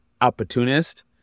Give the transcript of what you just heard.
opportunist